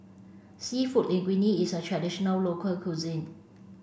Seafood Linguine is a traditional local cuisine